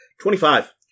Twenty-five